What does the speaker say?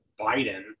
Biden